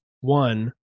One